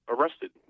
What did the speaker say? arrested